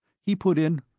he put in,